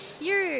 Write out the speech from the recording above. cute